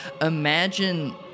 imagine